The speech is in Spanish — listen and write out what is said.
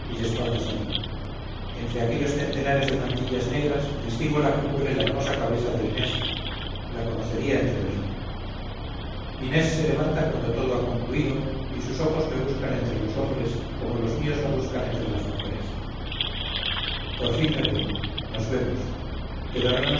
espaldas a mí entre aquellos centenares de mantillas negras distingo la que cubre la hermosa cabeza de inés la conocería entre mil inés se levanta cuando todo ha concluido y sus ojos me buscan entre los hombres como los míos la buscan entre las mujeres por fin me ve nos vemos pero no